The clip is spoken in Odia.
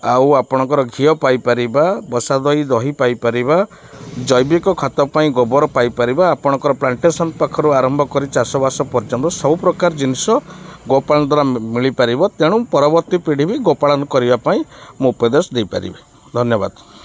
ଆଉ ଆପଣଙ୍କର ଘିଅ ପାଇପାରିବା ବସାଦହି ଦହି ପାଇପାରିବା ଜୈବିକ ଖାତ ପାଇଁ ଗୋବର ପାଇପାରିବା ଆପଣଙ୍କର ପ୍ଳାଣ୍ଟେସନ୍ ପାଖରୁ ଆରମ୍ଭ କରି ଚାଷବାସ ପର୍ଯ୍ୟନ୍ତ ସବୁପ୍ରକାର ଜିନିଷ ଗୋପାଳନ ଦ୍ୱାରା ମିଳିପାରିବ ତେଣୁ ପରବର୍ତ୍ତୀ ପିଢ଼ିବି ଗୋପାଳନ କରିବା ପାଇଁ ମୁଁ ଉପଦେଶ ଦେଇପାରିବି ଧନ୍ୟବାଦ